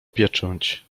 pieczęć